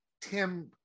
Tim